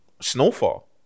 Snowfall